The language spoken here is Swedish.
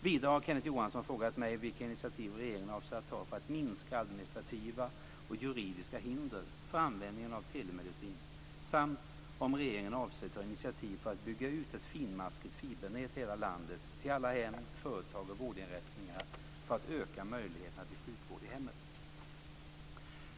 Vidare har Kenneth Johansson frågat mig vilka initiativ regeringen avser att ta för att minska administrativa och juridiska hinder för användningen av telemedicin samt om regeringen avser att ta initiativ för att bygga ut ett finmaskigt fibernät i hela landet till alla hem, företag och vårdinrättningar för att öka möjligheterna till sjukvård i hemmet.